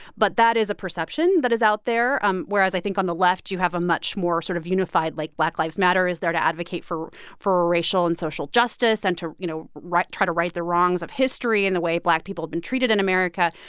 but that is a perception that is out there um whereas i think on the left, you have a much more sort of unified, like, black lives matter is there to advocate for for ah racial and social justice and to, you know, right try to right the wrongs of history and the way black people have been treated in america.